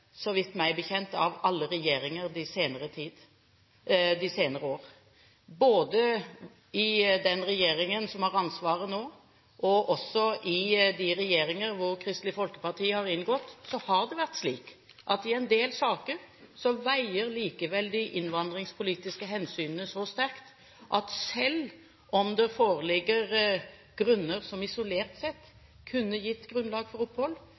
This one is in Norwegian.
så vidt jeg vet, av alle regjeringer de senere årene. Både i den regjeringen som har ansvaret nå, og i de regjeringer hvor Kristelig Folkeparti har inngått, har det vært slik at i en del saker veier likevel de innvandringspolitiske hensynene så sterkt at selv om det foreligger grunner som isolert sett kunne gitt grunnlag for opphold,